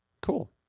Cool